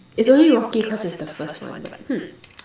it's only rocky cause it's the first one but hmm